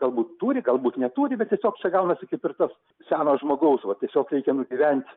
galbūt turi galbūt neturi bet tiesiog čia gaunasi kaip ir tas seno žmogaus va tiesiog reikia nugyvent